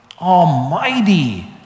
almighty